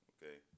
Okay